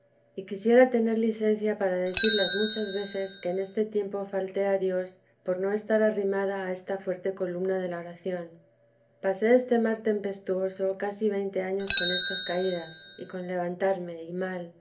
y quisiera tener licencia i i vida de la santa madre para decir las muchas veces que en este tiempo falté a dios por no estar arrimada a esta fuerte columna de la oración pasé este mar tempestuoso casi veinte años con estas caídas y con levantarme y mal